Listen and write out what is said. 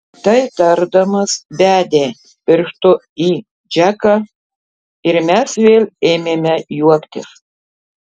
tai tardamas bedė pirštu į džeką ir mes vėl ėmėme juoktis